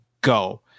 go